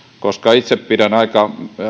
koska itse pidän aika